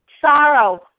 sorrow